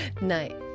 night